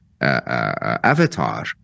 avatar